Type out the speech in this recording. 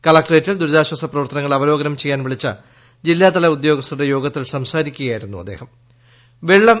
കളക്ട്രേറ്റിൽ ദൂരിതാശ്ചാസ പ്രവർത്തനങ്ങൾ അവലോകനം ചെയ്യാൻ വിളിച്ച ജില്ലാതല ഉദ്യോഗസഥരുടെ യോഗത്തിൽ സംസാരിക്കുകയായിരുന്നു അദ്ദേഹം